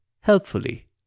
helpfully